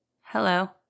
Hello